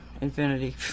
infinity